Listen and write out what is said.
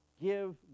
Give